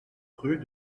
rue